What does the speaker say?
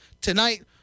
tonight